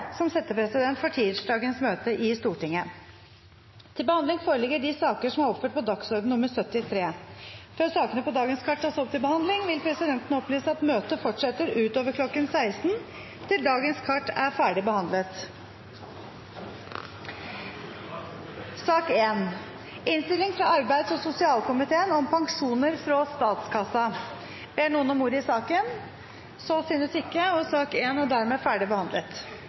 som settepresident for tirsdagens møte i Stortinget. Før sakene på dagens kart tas opp til behandling, vil presidenten opplyse om at møtet fortsetter utover kl. 16, til dagens kart er ferdigbehandlet. Ingen har bedt om ordet. Ingen har bedt om ordet. Etter ønske fra arbeids- og sosialkomiteen vil presidenten foreslå at taletiden blir begrenset til 5 minutter til hver partigruppe og